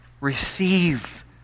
Receive